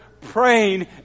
praying